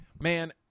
Man